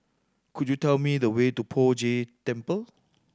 could you tell me the way to Poh Jay Temple